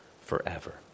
forever